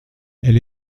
elle